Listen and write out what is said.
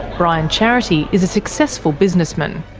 brian charity is a successful businessman.